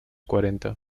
cuarenta